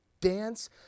dance